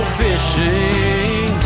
fishing